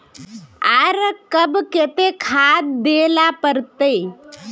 आर कब केते खाद दे ला पड़तऐ?